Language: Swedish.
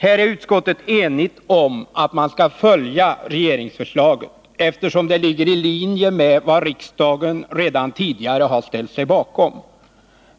Här är utskottet enigt om att man skall följa regeringsförslaget, eftersom det ligger i linje med vad riksdagen redan tidigare har ställt sig bakom.